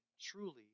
truly